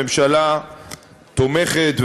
הממשלה תומכת,